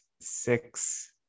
six